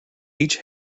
each